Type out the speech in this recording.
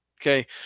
Okay